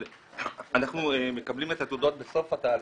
אנחנו מקבלים את התעודות בסוף התהליך,